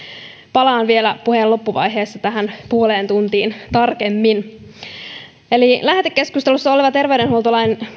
palaan vielä puheen loppuvaiheessa tähän puoleen tuntiin tarkemmin lähetekeskustelussa olevassa terveydenhuoltolain